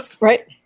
right